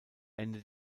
ende